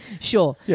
sure